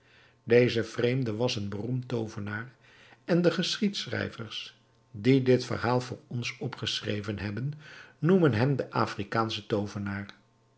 deze vreemde was een beroemd toovenaar en de geschiedschrijvers die dit verhaal voor ons opgeschreven hebben noemen hem den afrikaanschen toovenaar